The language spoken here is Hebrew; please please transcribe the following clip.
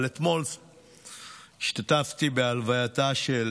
אבל אתמול השתתפתי בהלווייתה של